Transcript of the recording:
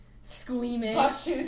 squeamish